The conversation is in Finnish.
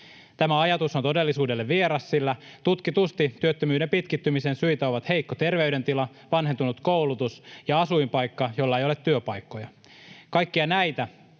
Tämä ajatus on todellisuudelle vieras, sillä tutkitusti työttömyyden pitkittymisen syitä ovat heikko terveydentila, vanhentunut koulutus ja asuinpaikka, jolla ei ole työpaikkoja. Kaikkia näitä